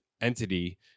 entity